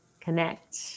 connect